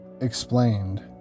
explained